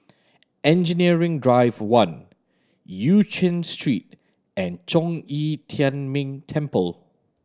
Engineering Drive One Eu Chin Street and Zhong Yi Tian Ming Temple